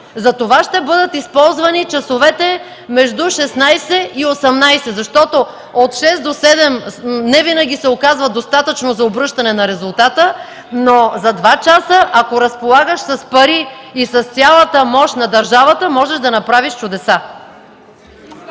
Затова ще бъдат използвани часовете между 16,00 ч. и 18,00 ч., защото от 6,00 ч. до 7,00 ч. невинаги се оказва достатъчно за обръщане на резултата, но за два часа, ако разполагаш с пари и с цялата мощ на държавата, можеш да направиш чудеса.